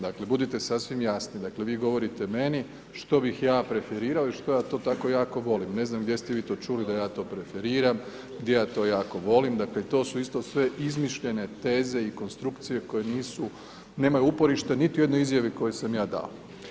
Dakle, budite sasvim jasni, dakle, vi govorite meni što bih ja preferirao i što ja to tako jako volim, ne znam gdje ste vi to čuli da ja to preferiram, da ja to jako volim, dakle to su isto sve izmišljene teze i konstrukcije koje nisu, nemaju uporište niti u jednoj izjavi koju sam ja dao.